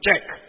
check